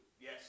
Yes